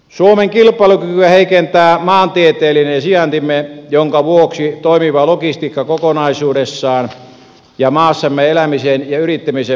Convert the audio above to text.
suomen kilpailukykyä heikentää maantieteellinen sijaintimme jonka vuoksi toimiva logistiikka kokonaisuudessaan on maassamme elämisen ja yrittämisen perusedellytys